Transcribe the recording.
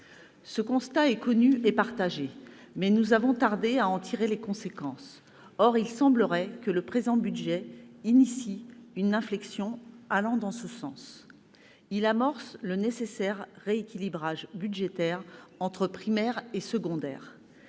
Ce constat est connu et partagé, mais nous avons tardé à en tirer les conséquences. Il semblerait que le présent budget engage une inflexion en ce sens. Il amorce en effet le nécessaire rééquilibrage budgétaire entre primaire et secondaire.